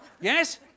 Yes